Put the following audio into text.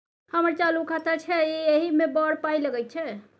हमर चालू खाता छै इ एहि मे बड़ पाय लगैत छै